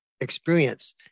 experience